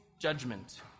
judgment